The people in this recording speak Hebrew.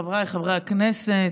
חבריי חברי הכנסת,